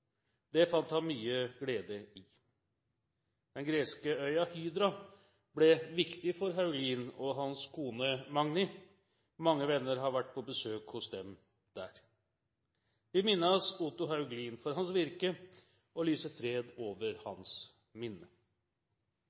Det fant han mye glede i. Den greske øya Hydra ble viktig for Hauglin og hans kone, Magni. Mange venner har vært på besøk hos dem der. Vi minnes Otto Hauglin for hans virke og lyser fred over hans minne.